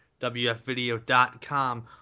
WFVideo.com